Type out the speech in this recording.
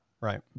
Right